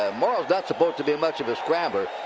ah morrall's not supposed to be much of a scrambler.